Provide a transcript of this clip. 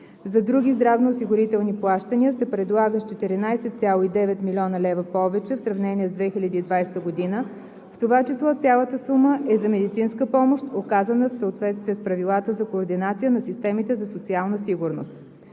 за други здравноосигурителни плащания се предлага с 14,9 млн. лв. повече в сравнение с 2020 г., в това число цялата сума е за медицинска помощ, оказана в съответствие с правилата за координация на системите за социална сигурност.